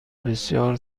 بسیار